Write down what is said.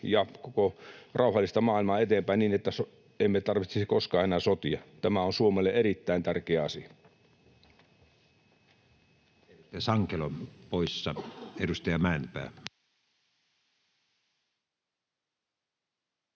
ja koko rauhallista maailmaa eteenpäin, niin että emme tarvitsisi koskaan enää sotia. Tämä on Suomelle erittäin tärkeä asia.